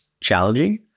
challenging